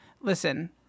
Listen